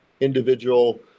individual